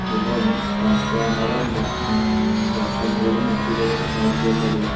ଏବଂ କାଙ୍କ ଆମର ମାଟି ଗଛ ମୂଳରେ ମାଟି ଦେବାକୁ ସାହାଯ୍ୟ କରେ